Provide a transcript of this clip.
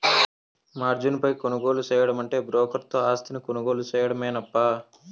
margin పై కొనుగోలు సేయడమంటే బ్రోకర్ తో ఆస్తిని కొనుగోలు సేయడమేనప్పా